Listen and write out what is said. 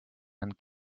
and